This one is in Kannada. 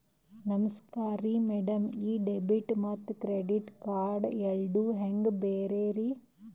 ನಮಸ್ಕಾರ್ರಿ ಮ್ಯಾಡಂ ಈ ಡೆಬಿಟ ಮತ್ತ ಕ್ರೆಡಿಟ್ ಕಾರ್ಡ್ ಎರಡೂ ಹೆಂಗ ಬ್ಯಾರೆ ರಿ?